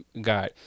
guide